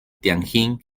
tianjin